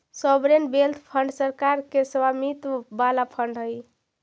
sovereign wealth fund सरकार के स्वामित्व वाला फंड हई